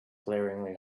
glaringly